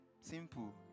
simple